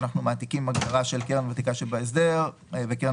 אנחנו מעתיקים הגדרה של קרן ותיקה שבהסדר וקרן